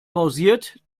pausiert